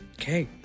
Okay